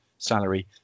salary